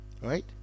Right